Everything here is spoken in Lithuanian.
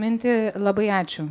mintį labai ačiū